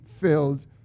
filled